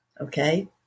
okay